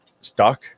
stuck